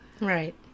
Right